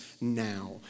now